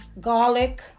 garlic